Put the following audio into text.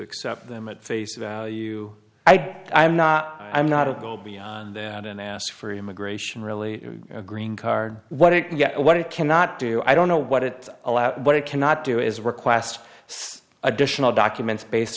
accept them at face value i am not i'm not to go beyond that and ask for immigration really a green card what it what it cannot do i don't know what it allows what it cannot do is request additional documents based